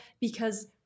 because-